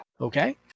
Okay